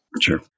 Sure